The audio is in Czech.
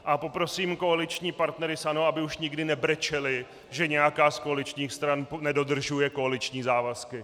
A poprosím koaliční partnery z ANO, aby už nikdy nebrečeli, že nějaká z koaličních stran nedodržuje koaliční závazky.